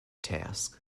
task